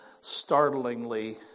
startlingly